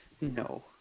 No